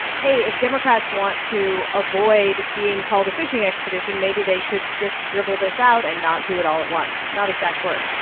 hey, if democrats want to avoid being called a fishing expedition, maybe they should just dribble this out and not do it all at once not exact words.